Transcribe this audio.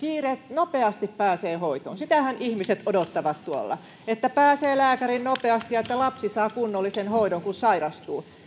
nopeasti pääsee hoitoon sitähän ihmiset odottavat tuolla että pääsee lääkäriin nopeasti ja että lapsi saa kunnollisen hoidon kun sairastuu